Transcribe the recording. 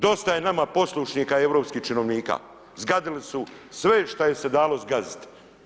Dosta je nama poslušnika i europskih činovnika, zagadili su sve što im se dalo zgaziti.